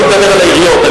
אני מדבר על העיריות,